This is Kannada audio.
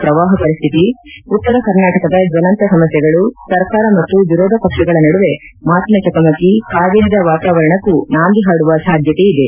ಪ್ರವಾಹ ಪರಿಸ್ಥಿತಿ ಉತ್ತರ ಕರ್ನಾಟಕದ ಜ್ವಲಂತ ಸಮಸ್ನೆಗಳು ಸರ್ಕಾರ ಮತ್ತು ವಿರೋಧ ಪಕ್ಷಗಳ ನಡುವೆ ಮಾತಿನ ಚಕಮಕಿ ಕಾವೇರಿದ ವಾತಾವರಣಕ್ಕೂ ನಾಂದಿ ಹಾಡುವ ಸಾಧ್ಯತೆ ಇದೆ